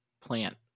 plant